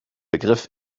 begriff